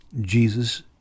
Jesus